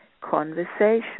conversation